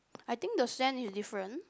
I think the sand is different